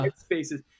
spaces